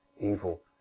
evil